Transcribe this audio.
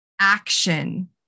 action